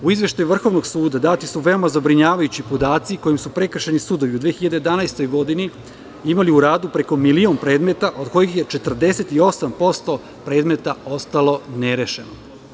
U izveštaju Vrhovnog suda dati su veoma zabrinjavajući podaci, kojim su prekršajni sudovi u 2011. godini imali u radu preko milion predmeta, od kojih je 48% predmeta ostalo nerešeno.